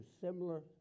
similar